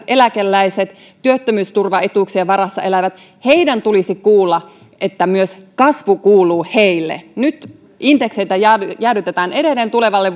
eläkeläiset työttömyysturvaetuuksien varassa elävät tulisi kuulla että kasvu kuuluu myös heille nyt indeksejä jäädytetään jäädytetään edelleen tulevalle